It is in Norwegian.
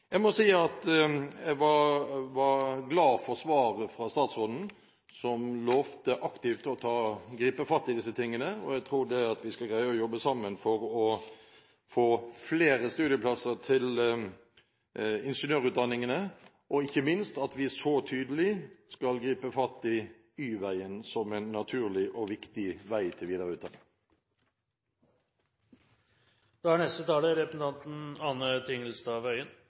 Jeg må si jeg var glad for svaret fra statsråden, som lovte å gripe aktivt fatt i disse tingene. Jeg tror at vi skal greie å jobbe sammen for å få flere studieplasser til ingeniørutdanningene, og at vi tydelig skal gripe fatt i Y-veien som en naturlig og viktig vei til